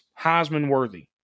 Heisman-worthy